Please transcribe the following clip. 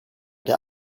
der